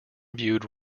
viewed